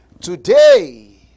today